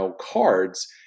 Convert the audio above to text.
cards